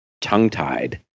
tongue-tied